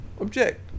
Object